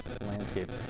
landscape